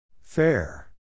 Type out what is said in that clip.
Fair